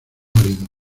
marido